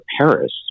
Paris